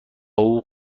حقوق